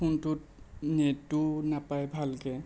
ফোনটোত নেটো নাপায় ভালকে